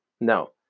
No